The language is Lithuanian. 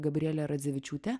gabrielė radzevičiūtė